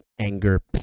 anger